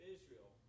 Israel